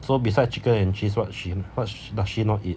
so besides chicken and cheese what she what does she not eat